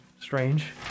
Strange